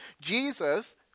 jesus